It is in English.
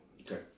Okay